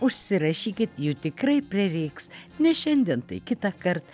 užsirašykit jų tikrai prireiks ne šiandien tai kitąkart